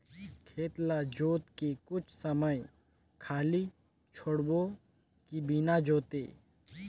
खेत ल जोत के कुछ समय खाली छोड़बो कि बिना जोते?